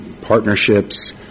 partnerships